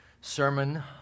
sermon